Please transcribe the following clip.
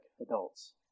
adults